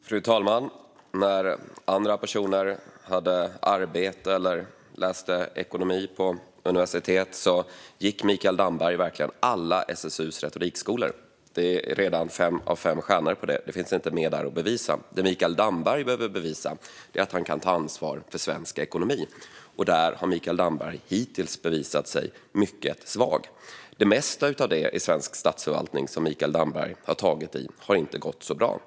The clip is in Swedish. Fru talman! När andra personer hade arbete eller läste ekonomi på universitet gick Mikael Damberg verkligen alla SSU:s retorikskolor. Det är redan fem av fem stjärnor på det; det finns inte mer att bevisa där. Det Mikael Damberg behöver bevisa är att han kan ta ansvar för svensk ekonomi, och där har Mikael Damberg hittills bevisat sig vara mycket svag. Det mesta av det i svensk statsförvaltning som Mikael Damberg har tagit i har inte gått så bra.